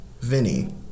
Vinny